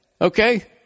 okay